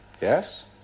Yes